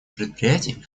предприятий